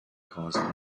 caused